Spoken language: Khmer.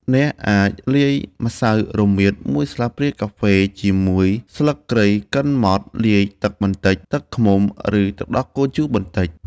អ្នកអាចលាយម្សៅរមៀតមួយស្លាបព្រាកាហ្វេជាមួយស្លឹកគ្រៃកិនម៉ដ្ឋ លាយទឹកបន្តិច ទឹកឃ្មុំ ឬទឹកដោះគោជូរបន្តិច។